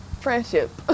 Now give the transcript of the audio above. friendship